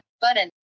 button